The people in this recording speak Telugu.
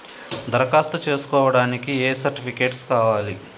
దరఖాస్తు చేస్కోవడానికి ఏ సర్టిఫికేట్స్ కావాలి?